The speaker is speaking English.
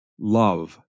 Love